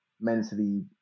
mentally